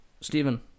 Stephen